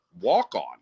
walk-on